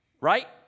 right